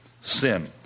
Sin